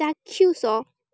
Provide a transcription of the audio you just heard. ଚାକ୍ଷୁଷ